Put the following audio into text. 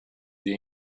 the